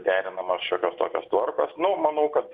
derinamos šiokios tokios tvarkos nu manau kad